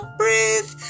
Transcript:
breathe